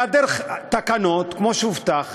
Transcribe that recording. בהיעדר תקנות כמו שהובטח,